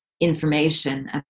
information